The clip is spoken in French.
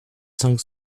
cinq